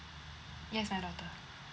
yes my daughter